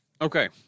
Okay